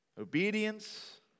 obedience